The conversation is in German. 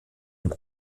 den